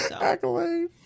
Accolade